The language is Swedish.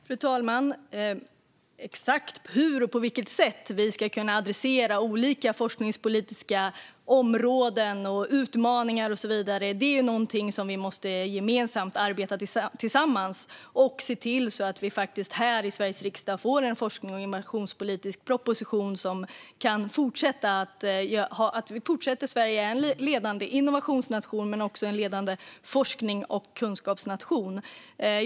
Fru talman! Exakt på vilket sätt vi ska kunna adressera olika forskningspolitiska områden, utmaningar och så vidare är någonting som vi måste arbeta med tillsammans. Vi ska se till att vi här i Sveriges riksdag får en forsknings och innovationspolitisk proposition som gör att Sverige kommer att fortsätta vara en ledande innovationsnation men också en ledande forsknings och kunskapsnation.